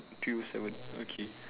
three o seven okay